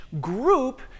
group